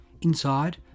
Inside